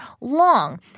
long